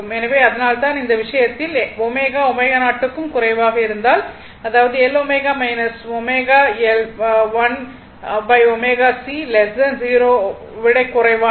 எனவே அதனால்தான் இந்த விஷயத்தில் ω ω0 க்கும் குறைவாக இருந்தால் அதாவது L ω ω 1 ω C 0 ஐ விடக் குறைவானது